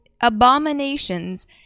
Abominations